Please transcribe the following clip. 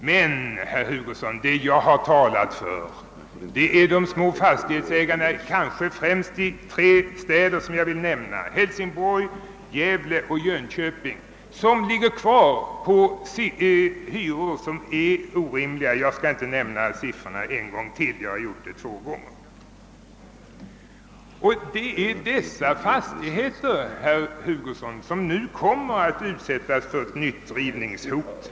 Men vad jag har talat för, herr Hugosson, är de små fastighetsägarna, kanske främst i de tre städer som jag vill nämna, nämligen Hälsingborg, Gävle och Jönköping, med lägenheter som ligger kvar på en orimligt låg hyresnivå. — Jag skall inte nämna siffrorna en gång till, eftersom jag redan har gjort det två gånger. Det är dessa fastigheter som nu kommer att utsättas för nytt rivningshot.